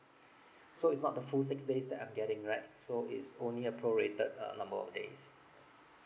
so it's not the full six days that I'm getting right so it's only a prorated uh number of days